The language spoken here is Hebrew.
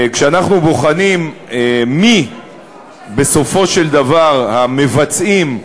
כשאנחנו בוחנים מי בסופו של דבר המבצעים,